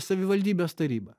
savivaldybės taryba